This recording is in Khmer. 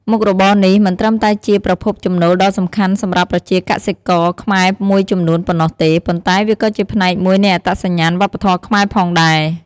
មុខរបរនេះមិនត្រឹមតែជាប្រភពចំណូលដ៏សំខាន់សម្រាប់ប្រជាកសិករខ្មែរមួយចំនួនប៉ុណ្ណោះទេ ប៉ុន្តែវាក៏ជាផ្នែកមួយនៃអត្តសញ្ញាណវប្បធម៌ខ្មែរផងដែរ។